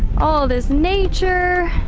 all this nature.